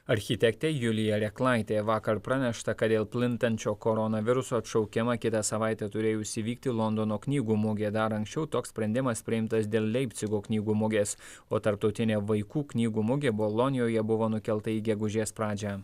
architektė julija reklaitė vakar pranešta kad dėl plintančio koronaviruso atšaukiama kitą savaitę turėjusi įvykti londono knygų mugė dar anksčiau toks sprendimas priimtas dėl leipcigo knygų mugės o tarptautinė vaikų knygų mugė bolonijoje buvo nukelta į gegužės pradžią